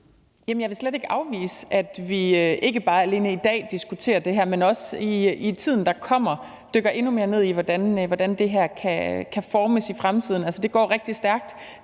jeg vil slet ikke afvise, at vi ikke alene i dag diskuterer det her, men også i tiden, der kommer, dykker endnu mere ned i, hvordan det kan formes i fremtiden. Altså, det går rigtig stærkt,